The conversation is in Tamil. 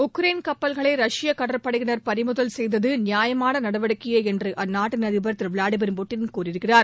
உக்ரைன் கப்பல்களை ரஷ்ய கடற்படையினர் பறிமுதல் செய்தது நியாயமான நடவடிக்கையே என்று அந்நாட்டின் அதிபர் விளாடிமிர் புட்டின் கூறியிருக்கிறார்